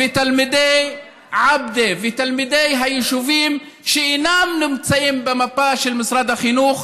תלמידי עבדה ותלמידי היישובים שאינם נמצאים במפה של משרד החינוך,